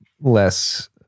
less